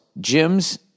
gyms